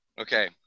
Okay